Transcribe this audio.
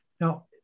Now